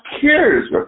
cares